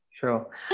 Sure